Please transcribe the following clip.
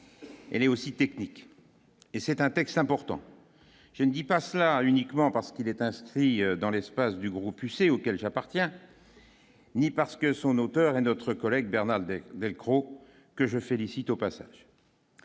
elle est aussi technique et c'est un texte important, je ne dis pas cela uniquement parce qu'il est inscrit dans l'espace du groupe UC auquel j'appartiens. Ni parce que son auteur et notre collègue Bernard Bec velcro que je félicite au passage